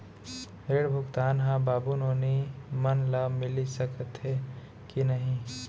ऋण भुगतान ह बाबू नोनी मन ला मिलिस सकथे की नहीं?